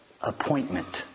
appointment